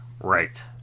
Right